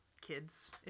kids